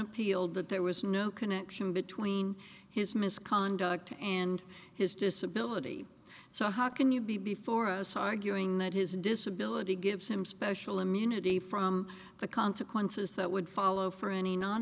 appealed that there was no connection between his misconduct and his disability so how can you be before us arguing that his disability gives him special immunity from the consequences that would follow for any